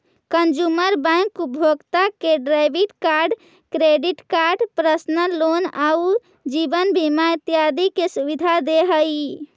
consumer bank उपभोक्ता के debit card, credit card, personal loan आउ जीवन बीमा इत्यादि के सुविधा दे हइ